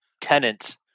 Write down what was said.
tenants